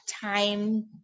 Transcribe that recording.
time –